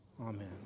Amen